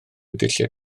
dulliau